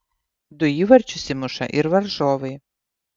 du įvarčius įmuša ir varžovai